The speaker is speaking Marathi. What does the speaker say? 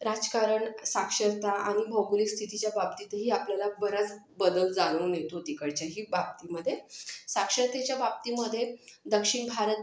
राजकारण साक्षरता आणि भौगोलिक स्थितीच्या बाबतीतही आपल्याला बराच बदल जाणवून येतो तिकडच्याही बाबतीमध्ये साक्षरतेच्या बाबतीमध्ये दक्षिण भारत